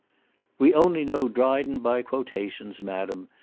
we only know dryden by quotations. madam,